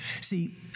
See